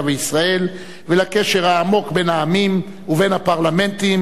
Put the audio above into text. וישראל ולקשר העמוק בין העמים ובין הפרלמנטים,